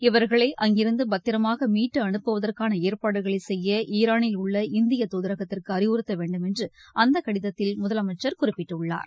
இவர்களை அங்கிருந்து பத்திரமாக மீட்டு அனுப்புவதற்கான ஏற்பாடுகளை செய்ய ஈரானில் உள்ள இந்திய தூதரகத்துக்கு அறிவுறுத்த வேண்டும் என்று அந்த கடிதத்தில் முதலமைச்சர் குறிப்பிட்டுள்ளார்